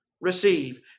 receive